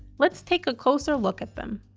let's take a closer look at them